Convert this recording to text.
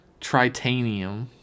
Tritanium